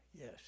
yes